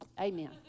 Amen